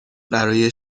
برای